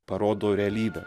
parodo realybę